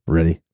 Ready